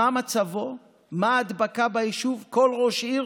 מה מצבו, מהו שיעור ההדבקה ביישוב, כל ראש עירייה,